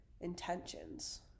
intentions